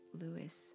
Lewis